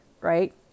right